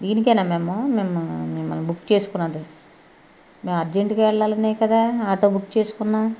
దీనికేనా మేము మిమ్మ మిమ్మల్ని బుక్ చేసుకున్నది మేము అర్జెంట్గా వెళ్ళాలి అనే కదా ఆటో బుక్ చేసుకున్నాం